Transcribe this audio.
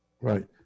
Right